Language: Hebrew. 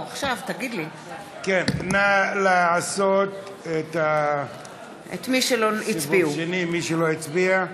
נא לעשות סיבוב שני, מי שלא הצביע.